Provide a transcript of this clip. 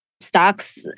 stocks